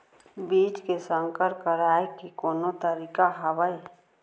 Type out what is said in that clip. बीज के संकर कराय के कोनो तरीका हावय?